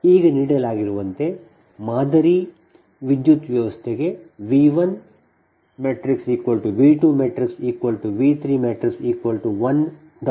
ಈಗ ನೀಡಲಾಗಿರುವಂತೆ ಮಾದರಿ ವಿದ್ಯುತ್ ವ್ಯವಸ್ಥೆಗೆ | V 1 || V 2 || V 3 | 1